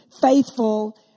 faithful